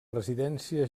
residència